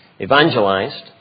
evangelized